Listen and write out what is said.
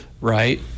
Right